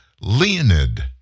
Leonid